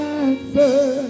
answer